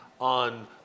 on